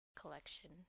collection